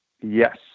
Yes